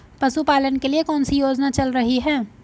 पशुपालन के लिए कौन सी योजना चल रही है?